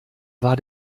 war